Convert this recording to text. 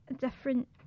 different